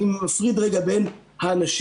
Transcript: אני מפריד רגע בין האנשים,